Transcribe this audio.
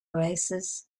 oasis